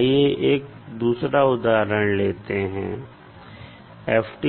आइए एक दूसरा उदाहरण लेते हैं अब